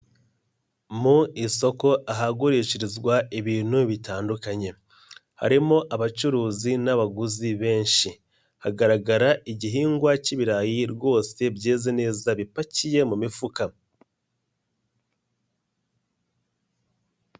Mu isoko ahagurishirizwa ibintu bitandukanye, harimo abacuruzi n'abaguzi benshi, hagaragara igihingwa k'ibirayi rwose byeze neza bipakiye mu mifuka.